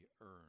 earned